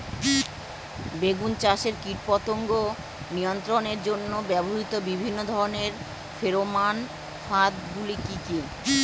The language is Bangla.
বেগুন চাষে কীটপতঙ্গ নিয়ন্ত্রণের জন্য ব্যবহৃত বিভিন্ন ধরনের ফেরোমান ফাঁদ গুলি কি কি?